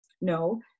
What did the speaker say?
No